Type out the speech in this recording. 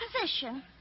position